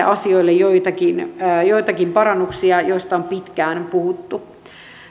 asioihin joitakin joitakin parannuksia joista on pitkään puhuttu